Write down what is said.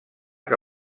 que